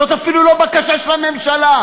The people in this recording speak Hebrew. זאת אפילו לא בקשה של הממשלה.